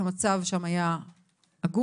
המצב שם היה עגום.